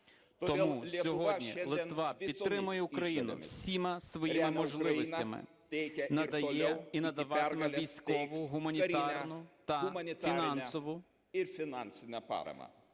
Тому сьогодні Литва підтримує Україну всіма своїми можливостями, надає і надаватиме військову, гуманітарну та фінансову